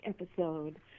episode